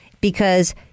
because-